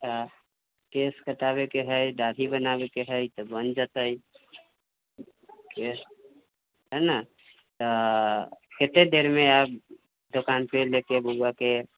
तऽ केश कटाबयके हइ दाढ़ी बनाबयके हइ तऽ बनि जेतै केश हइ ने तऽ कतेक देरमे आयब दोकानपर लऽ कऽ बउआके